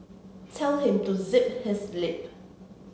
tell him to zip his lip